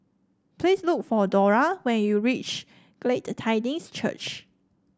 please look for Dora when you reach Glad Tidings Church